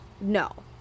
no